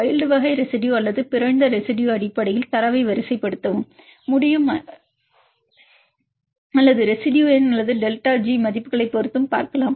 wild வகை residue அல்லது பிறழ்ந்த ரெசிடுயுஅடிப்படையில் தரவை வரிசைப்படுத்தவும் முடியும் அல்லது ரெசிடுயு எண் அல்லது டெல்டா ஜி மதிப்புகளைப் பொறுத்து பார்க்கலாம்